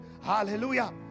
Hallelujah